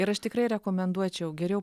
ir aš tikrai rekomenduočiau geriau